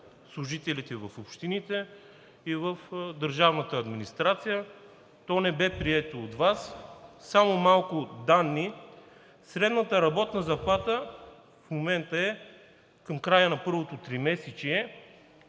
служителите в общините и в държавната администрация, то не бе прието от Вас. Само малко данни. Средната работна заплата в момента е – към края на първото тримесечие,